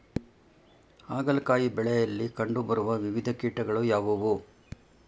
ಹಾಗಲಕಾಯಿ ಬೆಳೆಯಲ್ಲಿ ಕಂಡು ಬರುವ ವಿವಿಧ ಕೀಟಗಳು ಯಾವುವು?